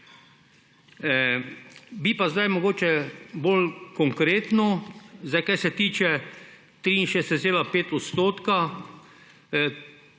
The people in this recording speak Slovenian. Bi pa sedaj mogoče bolj konkretno, kar se tiče 63,5